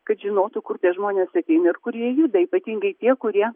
kad žinotų kur tie žmonės ateina ir kur jie juda ypatingai tie kurie